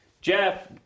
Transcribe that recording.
Jeff